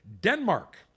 Denmark